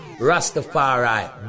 rastafari